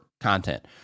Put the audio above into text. Content